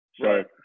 Right